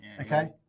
okay